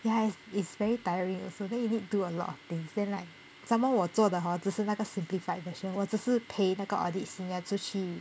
ya it is very tiring so then you need do a lot of things then like some more 我做的 hor 只是那个 simplified version 我只是陪那个 audit senior 出去